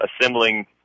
assembling